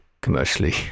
commercially